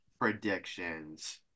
predictions